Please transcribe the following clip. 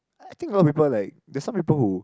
I think a lot of people like there are some people who